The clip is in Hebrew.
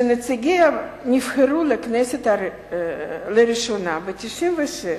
שנציגיה נבחרו לכנסת לראשונה ב-1996,